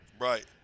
Right